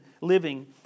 living